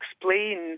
explain